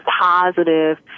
positive